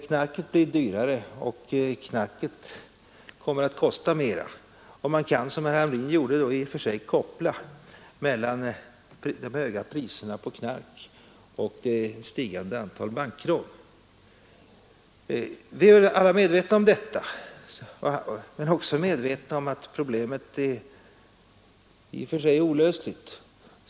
Knarket blir då dyrare, och man kan, som herr Hamrin gjorde, i och för sig göra en koppling mellan de höga priserna på knark och det stigande antalet bankrån. Vi är väl alla medvetna om detta men vet också att problemet i och för sig är olösligt.